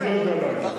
אני לא יודע להגיד.